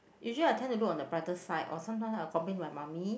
usually I tend to look on the brighter side or sometime I will complain to my mummy